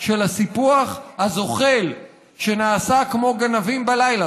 של הסיפוח הזוחל שנעשה כמו גנבים בלילה,